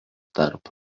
tarp